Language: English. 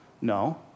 No